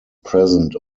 present